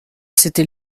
s’était